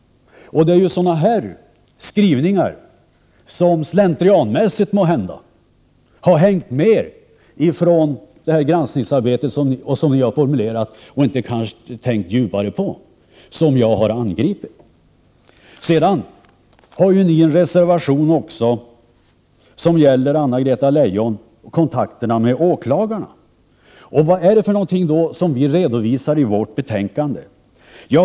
Sådana här skrivningar som ni har formulerat har, måhända slentrianmässigt, hängt med från granskningsarbetet, kanske utan att ni har tänkt djupare på dem, men jag har angripit dem. Ni har också avgivit en reservation om Anna-Greta Leijons kontakter med åklagarna. Vad redovisar vi då på den punkten i vårt betänkande?